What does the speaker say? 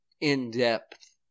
in-depth